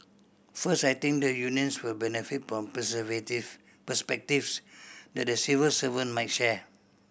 first I think the unions will benefit from perspectives that the civil servant might share